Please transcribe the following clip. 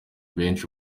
benshi